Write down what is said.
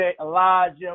Elijah